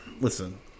Listen